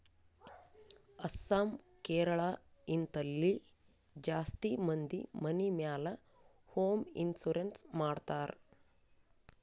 ಅಸ್ಸಾಂ, ಕೇರಳ, ಹಿಂತಲ್ಲಿ ಜಾಸ್ತಿ ಮಂದಿ ಮನಿ ಮ್ಯಾಲ ಹೋಂ ಇನ್ಸೂರೆನ್ಸ್ ಮಾಡ್ತಾರ್